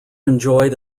enjoyed